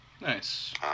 nice